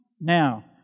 Now